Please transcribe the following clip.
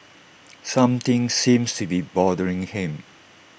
something seems to be bothering him